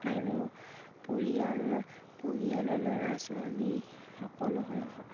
আৰু পৰিয়াল পৰিয়ালৰ ল'ৰা ছোৱালী সকলো